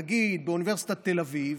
נגיד באוניברסיטת תל אביב